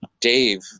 Dave